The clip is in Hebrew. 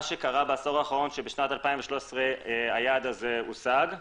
מה שקרה בעשור האחרון שבשנת 2013 היעד הזה הושג,